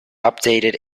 updated